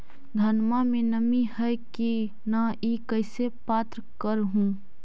धनमा मे नमी है की न ई कैसे पात्र कर हू?